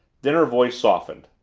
then her voice softened.